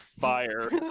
fire